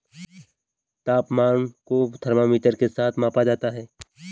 तापमान को थर्मामीटर के साथ मापा जाता है